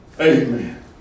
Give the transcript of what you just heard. Amen